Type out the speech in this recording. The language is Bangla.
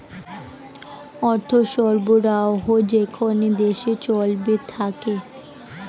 অর্থ সরবরাহ যেকোন দেশে চলতে থাকে